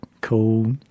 cool